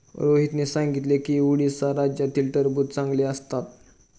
रोहितने सांगितले की उडीसा राज्यातील टरबूज चांगले असतात